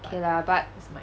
okay lah but